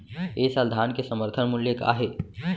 ए साल धान के समर्थन मूल्य का हे?